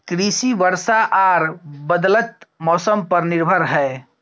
कृषि वर्षा आर बदलयत मौसम पर निर्भर हय